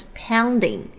pounding